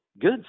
good